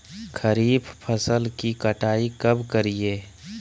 खरीफ फसल की कटाई कब करिये?